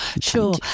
Sure